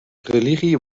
religie